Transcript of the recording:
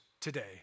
today